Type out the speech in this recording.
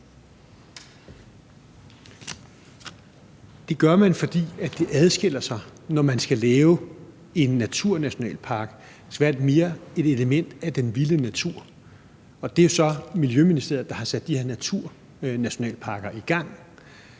Det gør man, fordi det adskiller sig, når man skal lave en naturnationalpark, hvor der skal være et element af den mere vilde natur. Og det er så Miljøministeriet, der har sat de her naturnationalparker i gang.